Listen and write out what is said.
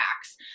acts